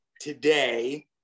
Today